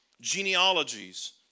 genealogies